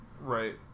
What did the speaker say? Right